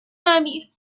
نمیر